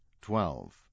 Twelve